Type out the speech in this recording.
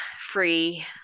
free